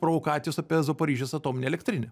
provokacijos apie zaporižės atominę elektrinę